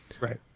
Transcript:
Right